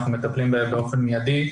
אנחנו מטפלים בהן באופן מיידי.